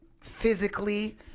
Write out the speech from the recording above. physically